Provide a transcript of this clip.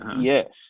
Yes